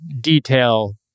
detail